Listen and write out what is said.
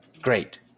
Great